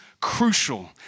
crucial